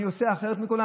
אני עושה אחרת מכולם?